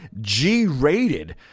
G-rated